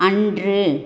அன்று